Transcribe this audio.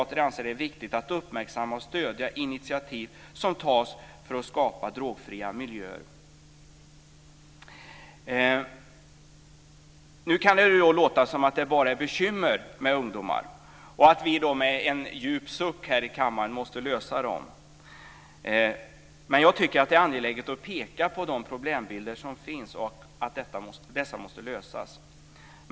Jag tycker att det är angeläget att peka på de problembilder som finns och att dessa måste lösas.